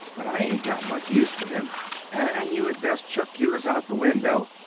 but i aint got much use fer them and you had best chuck yours out the window.